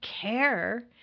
care